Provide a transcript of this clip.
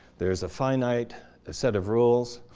there is a finite set of rules.